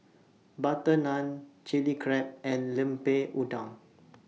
Butter Naan Chilli Crab and Lemper Udang